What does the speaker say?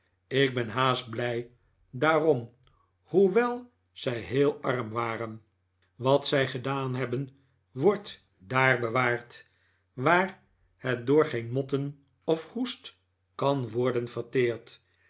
ik ben haast blij daarom hoewel zij heel arm waren wat zij gedaan hebben wordt daar bewaard waar het door geen motten of roest kan worden verteerd